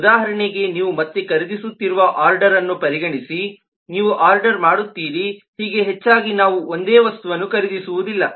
ಉದಾಹರಣೆಗೆ ನೀವು ಮತ್ತೆ ಖರೀದಿಸುತ್ತಿರುವ ಆರ್ಡರ್ಅನ್ನು ಪರಿಗಣಿಸಿ ನೀವು ಆರ್ಡರ್ ಮಾಡುತ್ತೀರಿ ಹೀಗೆ ಹೆಚ್ಚಾಗಿ ನಾವು ಒಂದೇ ವಸ್ತುವನ್ನು ಖರೀದಿಸುವುದಿಲ್ಲ